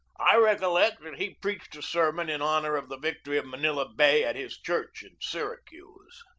i recollect that he preached a sermon in honor of the victory of manila bay at his church in syracuse.